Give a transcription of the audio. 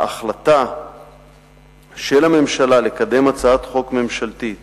ההחלטה של הממשלה לקדם הצעת חוק ממשלתית